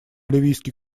ливийский